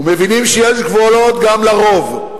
ומבינים שיש גבולות גם לרוב.